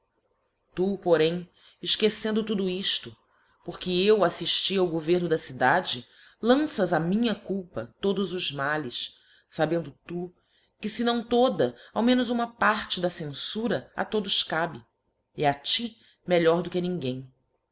tu porém efquecendo tudo ifto porque eu afllília ao governo da cidade lanças á minha culpa todos os males fabendo tu que fe não toda ao menos uma parte da cenfura a todos cabe e a ti melhor do que a ninguém